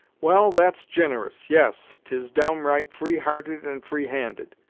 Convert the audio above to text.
well, that's gin'rous yes, tis downright free-hearted, and free-handed,